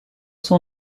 son